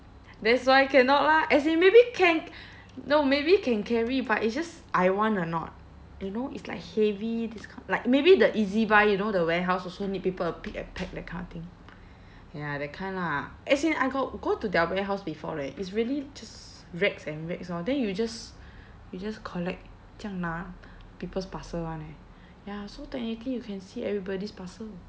that's why cannot lah as in maybe can no maybe can carry but it's just I want or not you know it's like heavy this kind maybe the ezbuy you know the warehouse also need people to pick and pack that kind of thing ya that kind lah as in I got go to their warehouse before leh it's really just racks and racks lor then you just you just collect 这样拿 people's parcel [one] eh ya so technically you can see everybody's parcel